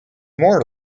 more